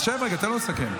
אז שב רגע, תן לו לסכם.